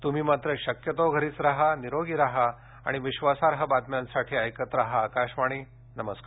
तुम्ही मात्र शक्यतो घरीच राहा निरोगी राहा आणि विश्वासार्ह बातम्यांसाठी ऐकत राहा आकाशवाणी नमस्कार